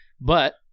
But-